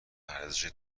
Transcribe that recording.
ارزش